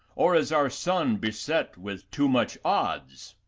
or is our son beset with too much odds?